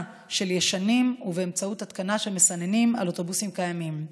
של ישנים ובאמצעות התקנה של מסננים על אוטובוסים קיימים.